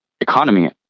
economy